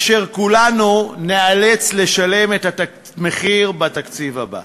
אשר כולנו ניאלץ לשלם את המחיר שלו בתקציב הבא.